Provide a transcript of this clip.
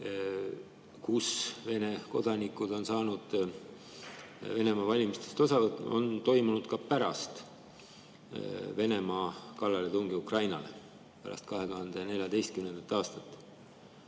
kus Vene kodanikud on saanud Venemaa valimistest osa võtta, on toimunud ka pärast Venemaa kallaletungi Ukrainale, pärast 2014. aastat,